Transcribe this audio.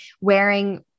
wearing